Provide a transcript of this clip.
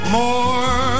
more